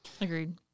Agreed